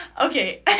Okay